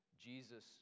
Jesus